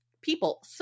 people